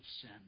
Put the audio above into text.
sin